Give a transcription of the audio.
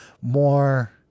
more